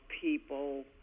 people